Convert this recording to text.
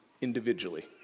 individually